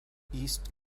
east